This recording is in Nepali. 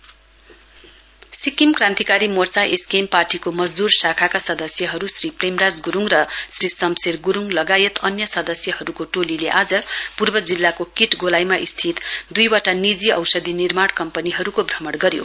एसकेएस सिक्किम क्रान्तिकारी मोर्चा एसकेएम पार्टीको मजद्रर शाखाका सदस्यहरु श्री प्रेमराज ग्रुङ र श्री शमशेर ग्रुङ लगायत अन्य सदस्यहरुको टोलीले आज पूर्व जिल्लाको कीट गोलाईमा स्थित दुइवटा निजी औषधी निर्माण कम्पनीहरुको भ्रमण गर्यो